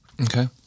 Okay